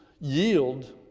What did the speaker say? yield